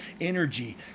energy